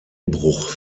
bruch